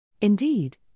Indeed